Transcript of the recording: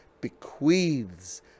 bequeaths